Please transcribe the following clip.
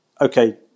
okay